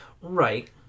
Right